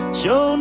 show